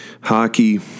hockey